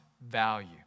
value